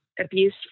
abuse